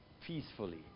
peacefully